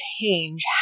change